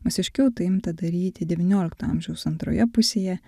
masiškiau tai imta daryti devyniolikto amžiaus antroje pusėje